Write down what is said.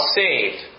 saved